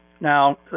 Now